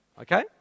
Okay